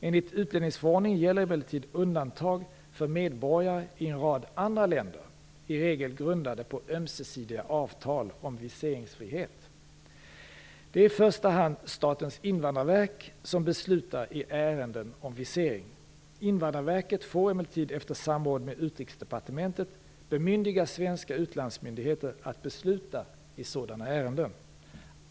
Enligt utlänningsförordningen gäller emellertid undantag för medborgare i en rad andra länder, i regel grundade på ömsesidiga avtal om viseringsfrihet. Det är i första hand Statens invandrarverk som beslutar i ärenden om visering. Invandrarverket får emellertid efter samråd med Utrikesdepartementet bemyndiga svenska utlandsmyndigheter att besluta i sådana ärenden.